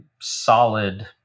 solid